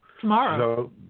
Tomorrow